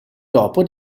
dopo